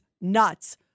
nuts